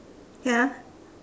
ya